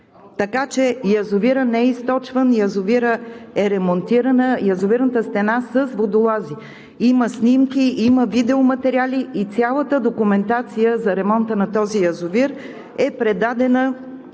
Така че язовирът не е източван, язовирната стена е ремонтирана с водолази. Има снимки, има видеоматериали и цялата документация за ремонта на този язовир е предадена